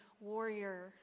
warrior